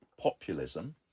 populism